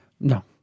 No